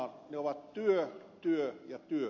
ne ovat työ työ ja työ